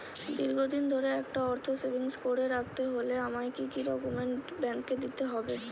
দীর্ঘদিন ধরে একটা অর্থ সেভিংস করে রাখতে হলে আমায় কি কি ডক্যুমেন্ট ব্যাংকে দিতে হবে?